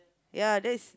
ya that's